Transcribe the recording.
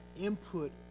input